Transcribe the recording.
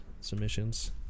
submissions